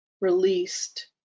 released